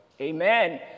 amen